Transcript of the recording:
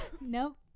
nope